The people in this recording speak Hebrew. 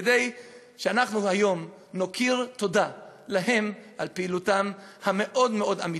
כדי שאנחנו היום נכיר להם טובה על פעילותם המאוד-מאוד אמיצה.